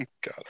God